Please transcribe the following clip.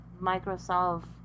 Microsoft